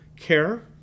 care